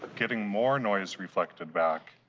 getting more noise reflected back,